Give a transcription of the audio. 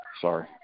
Sorry